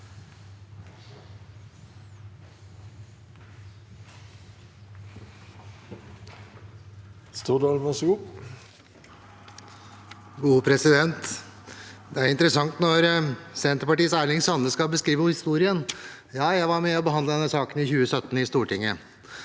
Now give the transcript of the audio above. Det er interes- sant når Senterpartiets Erling Sande skal beskrive historien. Ja, jeg var med og behandlet denne saken i 2017 i Stortinget.